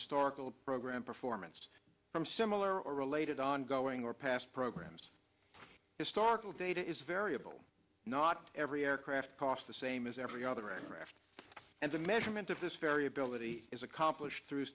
historical program performance from similar or related ongoing or past programs historical data is variable not every aircraft cost the same as every other aircraft and the measurement of this variability is accomplished through